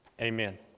Amen